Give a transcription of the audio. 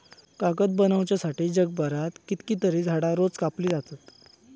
कागद बनवच्यासाठी जगभरात कितकीतरी झाडां रोज कापली जातत